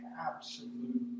absolute